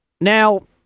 Now